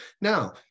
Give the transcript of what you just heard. Now